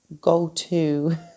go-to